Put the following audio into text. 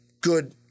good